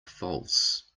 false